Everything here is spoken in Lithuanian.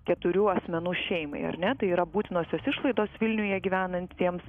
keturių asmenų šeimai ar ne tai yra būtinosios išlaidos vilniuje gyvenantiems